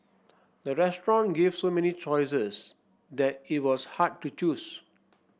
the restaurant gave so many choices that it was hard to choose